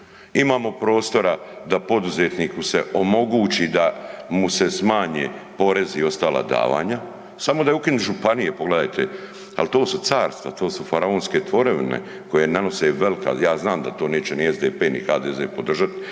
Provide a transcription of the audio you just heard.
Imamo prostora da poduzetniku se omogući da mu se smanje porezi i ostala davanja, samo da je ukinut županije, pogledajte, al to su carstva, to su faraonske tvorevine koje nanose velika, ja znam da to neće ni SDP, ni HDZ podržat